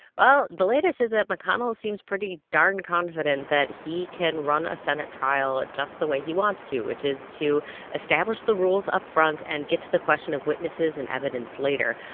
well, the latest is that mcconnell seems pretty darn confident that he can run a senate trial just the way he wants to, which is to establish the rules upfront and get to the question of witnesses and evidence later.